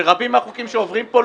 שרבים מהחוקים שעוברים פה,